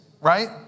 right